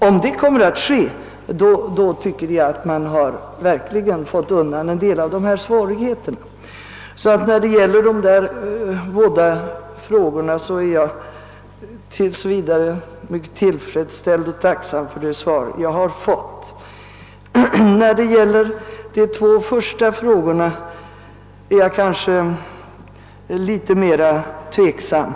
Om det kommer att ske tycker jag att man verkligen fått bort en del av ifrågavarande svårigheter. Vad beträffar dessa båda frågor är jag därför tills vidare tillfredsställd med och tacksam för det svar jag har fått. Vad beträffar de två första frågorna är jag litet mera tveksam.